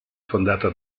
fondata